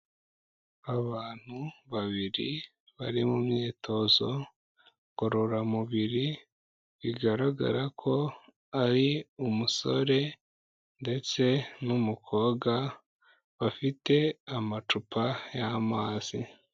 Abantu babiri bari mu myitozo ngororamubiri bigaragara ko ari umusore ndetse n'umukobwa bafite amacupa y'amazi.